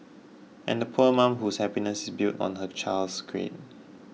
and the poor mum whose happiness is built on her child's grades